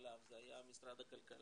לנעליו זה היה משרד הכלכלה,